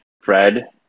Fred